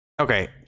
Okay